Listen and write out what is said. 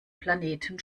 planeten